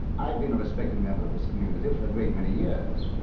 i've been a respected member of this community for a great many years.